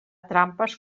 trampes